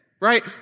right